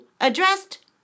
addressed